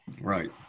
right